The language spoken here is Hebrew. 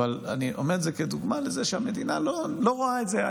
אבל אני אומר את זה כדוגמה לזה שהמדינה לא רואה את זה,